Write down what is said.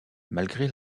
malgré